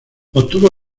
obtuvo